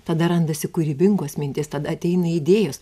tada randasi kūrybingos mintys tada ateina idėjos